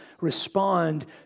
respond